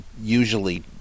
usually